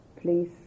please